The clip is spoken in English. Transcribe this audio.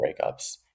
breakups